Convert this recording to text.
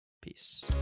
Peace